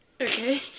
Okay